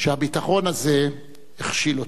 שהביטחון הזה הכשיל אותו.